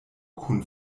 kun